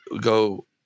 go